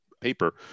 paper